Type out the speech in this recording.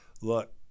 look